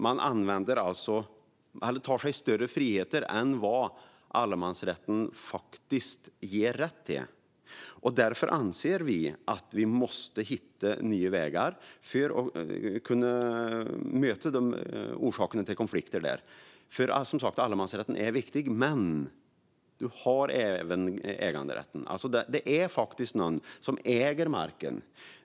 Man tar sig alltså större friheter än vad allemansrätten ger rätt till. Därför anser vi att vi måste hitta nya vägar för att kunna möta orsakerna till konflikter. Som sagt är allemansrätten viktig, men vi har även äganderätten. Det är faktiskt någon som äger marken.